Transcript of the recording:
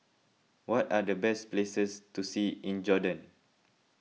what are the best places to see in Jordan